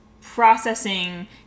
processing